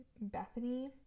bethany